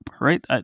right